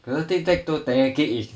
可能 technically if